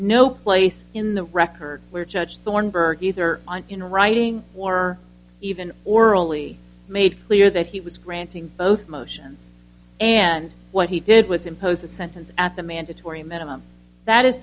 no place in the record where judge thornburgh either on in writing or even orally made clear that he was granting both motion and what he did was impose a sentence at the mandatory minimum that is